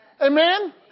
Amen